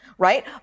right